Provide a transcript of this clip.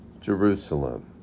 Jerusalem